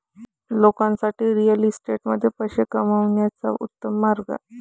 लोकांसाठी रिअल इस्टेटमध्ये पैसे कमवण्याचा सर्वोत्तम मार्ग